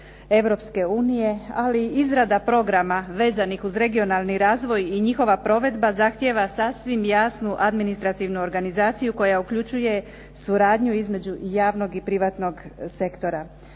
Europske unije, ali izrada programa vezanih uz regionalni razvoj i njihova provedba zahtjeva sasvim jasnu administrativnu organizaciju koja uključuje suradnju između javnog i privatnog sektora.